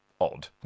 odd